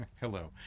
Hello